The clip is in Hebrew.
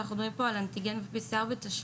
אנחנו מדברים פה על אנטיגן ו-PCR בתשלום.